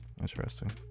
interesting